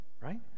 right